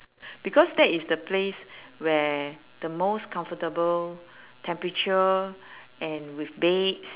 because that is the place where the most comfortable temperature and with beds